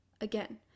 Again